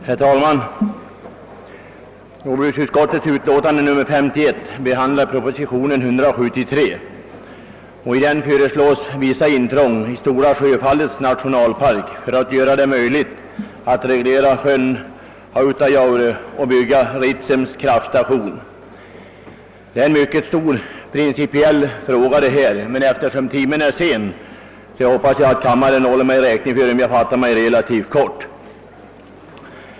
Herr talman! Jordbruksutskottets utlåtande nr 51 behandlar proposition 173. I den föreslås vissa intrång i Stora Sjöfallets nationalpark för att göra det möjligt att reglera sjön Autajaure och bygga Ritsems kraftstation. Detta är en mycket stor principiell fråga, men eftersom timmen är sen hoppas jag kammaren håller mig räkning för att jag fattar mig relativt kort.